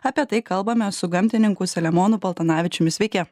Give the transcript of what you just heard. apie tai kalbame su gamtininku saliamonu paltanavičiumi sveiki